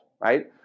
Right